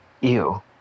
Ew